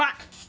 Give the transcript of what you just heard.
but